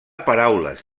paraules